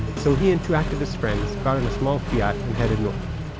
so he and two activist friends got in a small fiat and headed north.